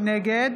נגד